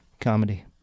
comedy